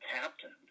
captain